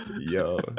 yo